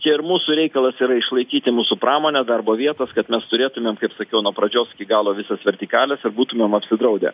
čia ir mūsų reikalas yra išlaikyti mūsų pramonę darbo vietas kad mes turėtumėm kaip sakiau nuo pradžios iki galo visos vertikales ir būtumėm apsidraudę